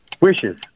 Wishes